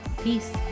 peace